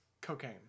cocaine